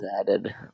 added